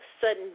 sudden